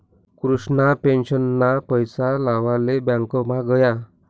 कृष्णा पेंशनना पैसा लेवाले ब्यांकमा गया